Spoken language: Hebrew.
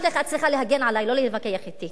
את צריכה להגן עלי, לא להתווכח אתי,